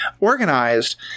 organized –